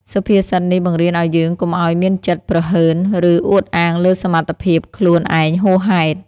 សុភាសិតនេះបង្រៀនឱ្យយើងកុំឱ្យមានចិត្តព្រហើន ឬអួតអាងលើសមត្ថភាពខ្លួនឯងហួសហេតុ។